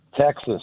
Texas